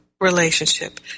relationship